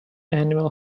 animal